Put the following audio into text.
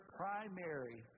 primary